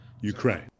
Ukraine